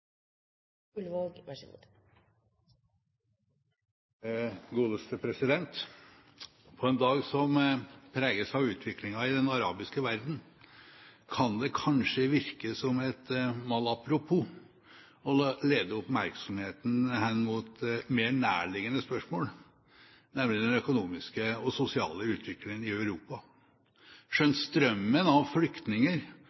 På en dag som preges av utviklingen i den arabiske verden, kan det kanskje virke som et malapropos å lede oppmerksomheten hen mot mer nærliggende spørsmål, nemlig den økonomiske og sosiale utviklingen i Europa